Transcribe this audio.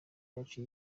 yacu